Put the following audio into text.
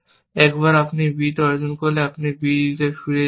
একবার আপনি b এ অর্জন করলে আপনি b d এ ফিরে যাবেন